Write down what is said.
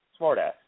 smartass